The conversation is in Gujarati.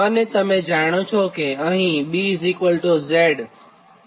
અને તમે જાણો છોકે BZ